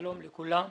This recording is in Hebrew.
שלום לכולם.